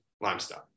limestone